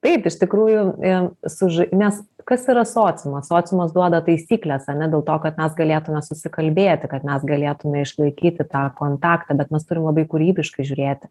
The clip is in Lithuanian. taip iš tikrųjų i su žai nes kas yra sociumas sociumas duoda taisykles ane dėl to kad mes galėtume susikalbėti kad mes galėtume išlaikyti tą kontaktą bet mes turim labai kūrybiškai žiūrėti